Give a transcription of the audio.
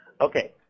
Okay